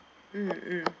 mm mm